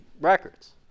records